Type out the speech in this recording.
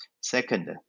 Second